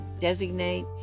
designate